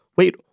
wait